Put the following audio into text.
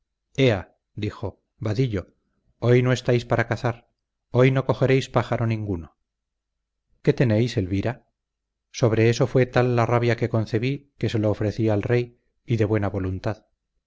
ea dijo vadillo hoy no estáis para cazar hoy no cogeréis pájaro ninguno qué tenéis elvira sobre eso fue tal la rabia que concebí que se lo ofrecí al rey y de buena voluntad